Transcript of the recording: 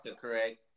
correct